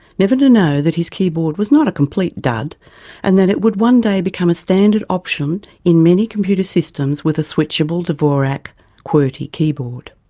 never to know that his keyboard was not a complete dud and that it would one day become a standard option in many computer systems systems with a switchable dvorak qwerty keyboard.